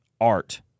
art